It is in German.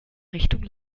richtung